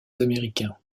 américains